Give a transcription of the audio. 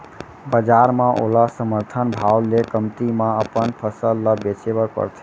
बजार म ओला समरथन भाव ले कमती म अपन फसल ल बेचे बर परथे